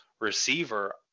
receiver